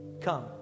come